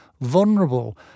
vulnerable